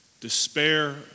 despair